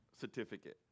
certificate